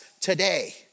today